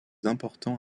importants